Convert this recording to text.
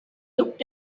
looked